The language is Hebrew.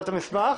נכתב המסמך?